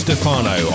Stefano